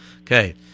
Okay